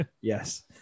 yes